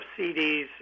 CDs